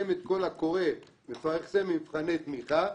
שמפרסם את הקול הקורא מפרסם מבחני תמיכה,